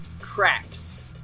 cracks